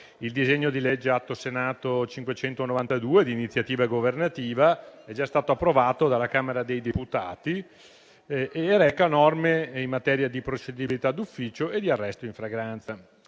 il disegno di legge Atto Senato 592, di iniziativa governativa, è già stato approvato dalla Camera dei deputati e reca norme in materia di procedibilità d'ufficio e di arresto in flagranza.